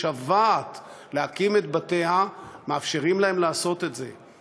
משוועת להקים את בתיה, מאפשרים להם לעשות את זה.